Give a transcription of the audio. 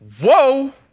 Whoa